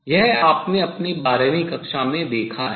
यह आपने अपनी बारहवीं कक्षा में देखा है